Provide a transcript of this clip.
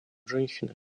женщины